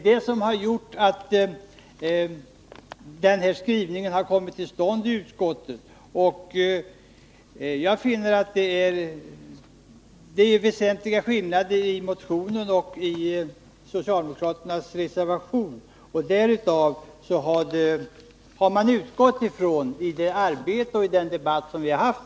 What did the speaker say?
Detta har legat bakom utskottets skrivning. Jag finner att det är en väsentlig skillnad mellan motionen och den socialdemokratiska reservationen, och det är det förhållandet vi utgått ifrån under arbetet och i den debatt som varit.